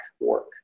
work